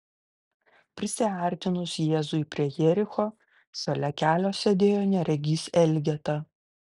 prisiartinus jėzui prie jericho šalia kelio sėdėjo neregys elgeta